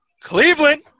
Cleveland